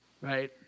Right